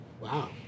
Wow